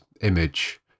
image